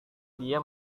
dia